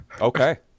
okay